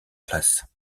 place